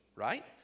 Right